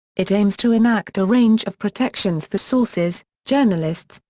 it aims to enact a range of protections for sources, journalists,